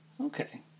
okay